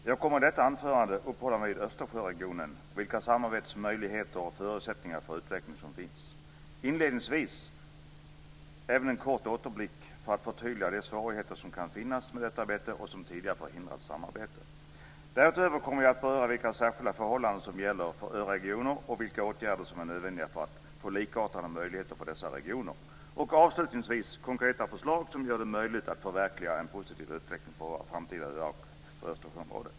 Herr talman! Jag kommer i detta anförande att uppehålla mig vid Östersjöregionen och frågan om vilka samarbetsmöjligheter och förutsättningar för utveckling som finns. Inledningsvis vill jag även ge en kort återblick för att förtydliga de svårigheter som kan finnas med detta arbete och som tidigare har förhindrat samarbete. Därutöver kommer jag att beröra vilka särskilda förhållanden som gäller för öregioner och vilka åtgärder som är nödvändiga för att få likartade möjligheter för dessa regioner. Avslutningsvis ges konkreta förslag som gör det möjligt att förverkliga en positiv utveckling och framtid för våra öar och för Östersjöområdet.